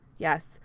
Yes